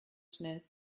schnell